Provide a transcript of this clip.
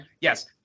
yes